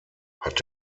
hat